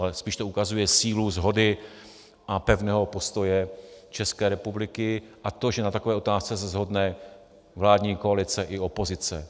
Ale spíš to ukazuje sílu shody a pevného postoje České republiky a to, že na takové otázce se shodne vládní koalice i opozice.